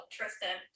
Tristan